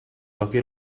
toqui